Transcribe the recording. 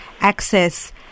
access